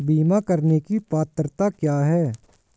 बीमा करने की पात्रता क्या है?